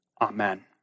Amen